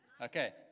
Okay